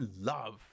love